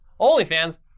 OnlyFans